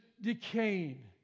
decaying